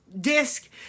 disc